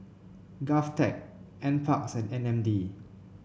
Govtech NParks and M N D